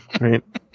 right